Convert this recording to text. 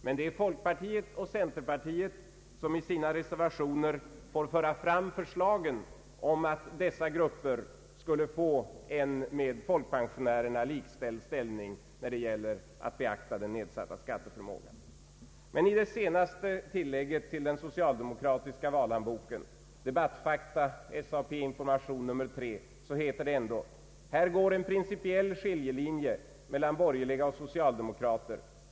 Men det är folkpartiet och centerpartiet som i sina motioner får föra fram förslagen om att dessa grupper skulle få en med folk I det senaste tillägget till den socialdemokratiska valhandboken Debattfakta, SAP-information nr 3 heter det ändå: ”Här går en principiell skiljelinje mellan borgerliga och socialdemokrater.